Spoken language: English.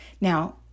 now